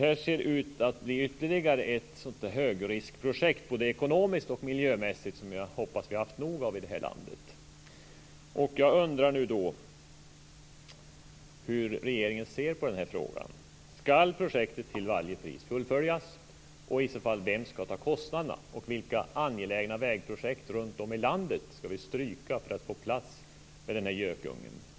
Det ser ut att både ekonomiskt och miljömässigt bli ytterligare ett sådant högriskprojekt som jag hoppas att vi har haft nog av i detta land. Skall projektet till varje pris fullföljas? Vem skall i så fall ta kostnaderna? Vilka angelägna vägprojekt runtom i landet skall vi stryka för att få plats med denna gökunge?